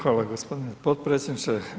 Hvala gospodine potpredsjedniče.